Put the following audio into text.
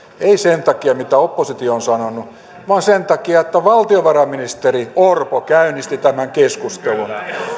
emme sen takia mitä oppositio on sanonut vaan sen takia että valtiovarainministeri orpo käynnisti tämän keskustelun